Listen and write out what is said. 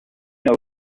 know